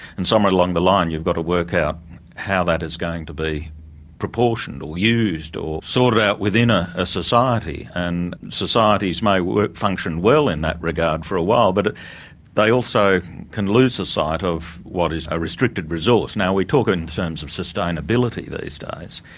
and somewhere along the line you've got to work out how that is going to be proportioned or used or sorted out within ah a society. and societies may work, function well in that regard for a while but they also can lose the sight of what is a restricted resource. now we talk in terms of sustainability these days,